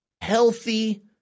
healthy